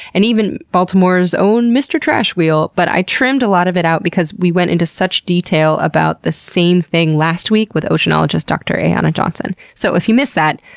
and even baltimore's own mr. trash wheel', but i trimmed a lot of it out because we went into such detail about the same thing last week with oceanologist dr. ayana johnson. so if you missed that,